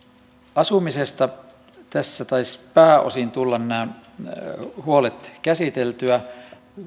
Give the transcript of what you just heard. asumisesta tässä taisi pääosin tulla nämä huolet käsiteltyä